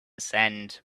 sand